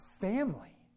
family